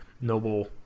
noble